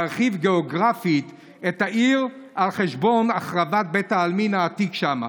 להרחיב גיאוגרפית את העיר על חשבון החרבת בית העלמין העתיק שם.